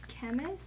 chemist